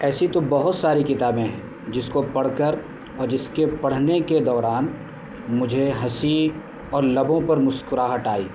ایسی تو بہت ساری کتابیں ہیں جس کو پڑھ کر اور جس کے پڑھنے کے دوران مجھے ہنسی اور لبوں پر مسکراہٹ آئی